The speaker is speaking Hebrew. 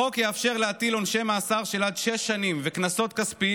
החוק יאפשר להטיל עונשי מאסר של עד שש שנים וקנסות כספיים